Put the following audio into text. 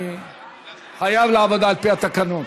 אני חייב לעבוד על פי התקנון.